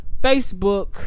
Facebook